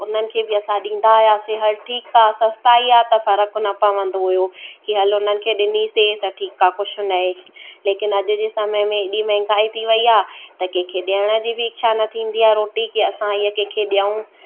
हुननि खे बि असां ॾींदा आयासीं हलु हलु ठीकु आहे सस्ताई आहे त फ़र्क़ु न पवंदो हुयो की हलो हुननि खे ॾिनीसीं त ठीकु आहे कुझु नाहे लेकिन अॼु जे समय में हेॾी महांगाई थी वई आहे त कंहिंखे ॾियण जी बि इछा न थींदी आहे रोटी की असां ईअं कंहिंखे ॾियूं